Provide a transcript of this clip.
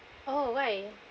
oh why